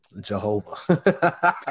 Jehovah